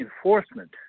enforcement